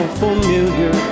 familiar